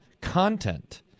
content